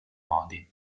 modi